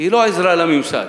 היא לא עזרה לממסד,